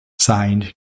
signed